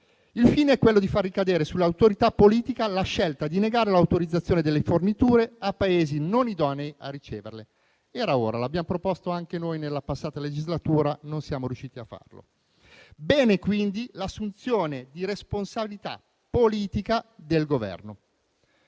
Il fine è quello di far ricadere sull'autorità politica la scelta di negare l'autorizzazione delle forniture a Paesi non idonei a riceverle. Era ora! È una misura che abbiamo proposto anche noi nella passata legislatura, ma non siamo riusciti a farlo. Bene quindi l'assunzione di responsabilità politica del Governo.